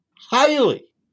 highly